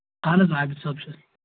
اَہن حظ عابِد صٲب چھُس